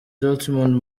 dortmund